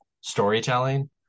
storytelling